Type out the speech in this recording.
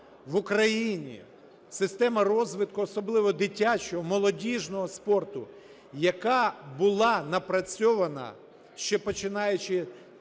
в Україні, система розвитку, особливо дитячого, молодіжного спорту, яка була напрацьована ще починаючи